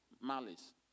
malice